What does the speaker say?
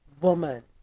woman